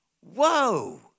Whoa